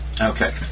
Okay